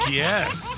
yes